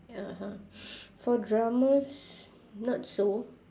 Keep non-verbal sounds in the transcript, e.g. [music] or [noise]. (uh huh) [breath] for dramas not so